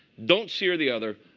don't sear the other.